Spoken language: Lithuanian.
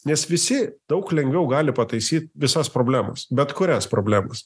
nes visi daug lengviau gali pataisyti visas problemas bet kurias problemas